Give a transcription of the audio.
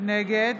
נגד